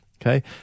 Okay